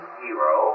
hero